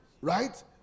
right